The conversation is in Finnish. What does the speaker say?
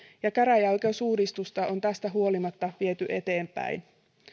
ja käräjäoikeusuudistusta on tästä huolimatta viety eteenpäin